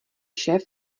šéf